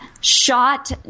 shot